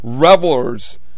Revelers